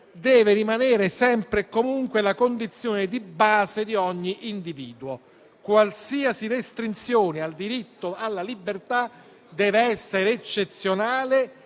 deve rimanere sempre e comunque la condizione di base di ogni individuo. Qualsiasi restrizione al diritto alla libertà deve essere eccezionale